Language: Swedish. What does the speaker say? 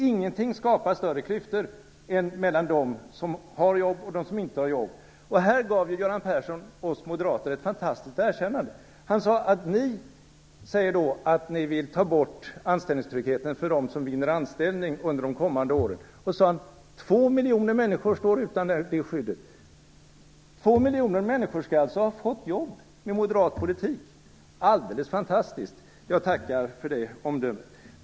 Ingenting skapar större klyftor mellan dem som har jobb och dem som inte har det. Här gav Göran Persson oss moderater ett fantastiskt erkännande. Han sade att vi moderater vill ta bort anställningstryggheten för dem som vinner anställning under de kommande åren. Han sade att två miljoner människor då kan stå utan det skyddet. Två miljoner människor skall alltså ha fått jobb med moderat politik. Alldeles fantastiskt! Jag tackar för det omdömet.